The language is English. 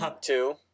Two